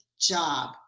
job